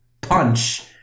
punch